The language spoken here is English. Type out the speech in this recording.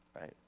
Right